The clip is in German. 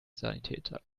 sanitäter